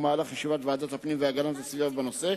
בישיבת ועדת הפנים והגנת הסביבה בנושא,